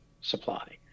supply